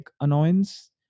annoyance